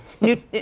New